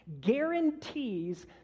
guarantees